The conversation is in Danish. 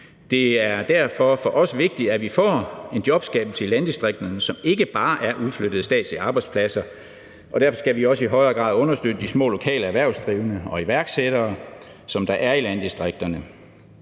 Det er derfor for os vigtigt, at vi får en jobskabelse i landdistrikterne, som ikke bare er udflyttede statslige arbejdspladser, og derfor skal vi også i højere grad understøtte de små lokale erhvervsdrivende og iværksættere, som der er i landdistrikterne.